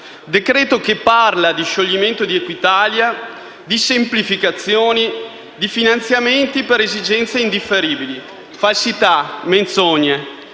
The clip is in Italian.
decreto che parla di scioglimento di Equitalia, di semplificazioni, di finanziamenti per esigenze indifferibili: falsità, menzogne.